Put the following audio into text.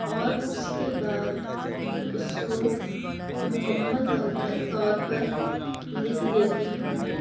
اور اس کے بعد اس کو مکمل طو طور پر لکھ دیتی ہوں